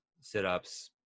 sit-ups